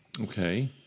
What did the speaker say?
Okay